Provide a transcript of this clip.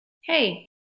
Hey